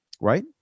right